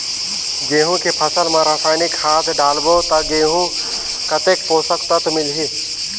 गंहू के फसल मा रसायनिक खाद डालबो ता गंहू कतेक पोषक तत्व मिलही?